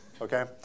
Okay